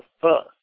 first